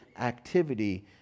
activity